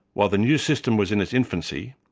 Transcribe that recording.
while the new system was in its infancy,